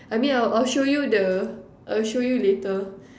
I mean I will show you the I will show you later